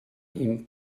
ihm